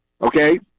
okay